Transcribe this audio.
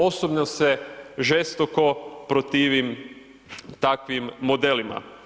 Osobno se žestoko protivim takvim modelima.